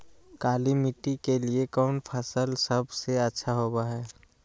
काली मिट्टी के लिए कौन फसल सब से अच्छा होबो हाय?